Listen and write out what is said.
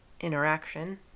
interaction